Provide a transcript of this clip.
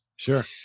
Sure